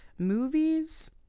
movies